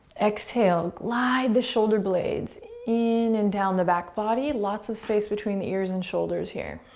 exhale, glide the shoulder blades in and down the back body. lots of space between the ears and shoulders, here.